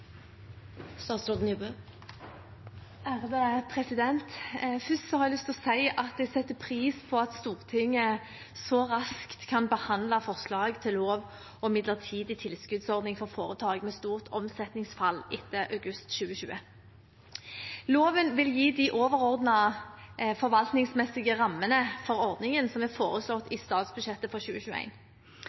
Først har jeg lyst til å si at jeg setter pris på at Stortinget så raskt kan behandle forslaget til lov om midlertidig tilskuddsordning for foretak med stort omsetningsfall etter august 2020. Loven vil gi de overordnede forvaltningsmessige rammene for ordningen som er foreslått i statsbudsjettet for